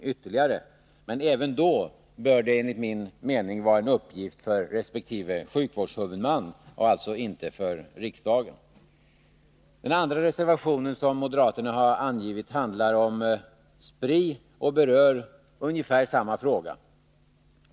Även då bör det enligt min mening vara en uppgift för resp. sjukvårdshuvudman och alltså inte för riksdagen. Den andra reservationen från moderaterna, som handlar om Spri, berör ungefär samma fråga.